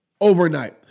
overnight